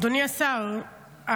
אדוני השר,